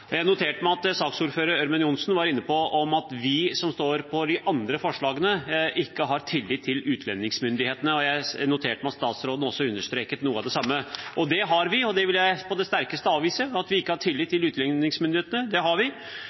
Jeg noterte meg at saksordfører Ørmen Johnsen var inne på at vi som står for de andre forslagene, ikke har tillit til utlendingsmyndighetene, og jeg noterte meg at statsråden også understreket noe av det samme. Jeg vil på det sterkeste avvise at vi ikke har tillit til utlendingsmyndighetene – det har vi.